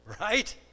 right